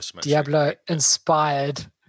Diablo-inspired